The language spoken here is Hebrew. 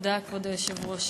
כבוד היושב-ראש,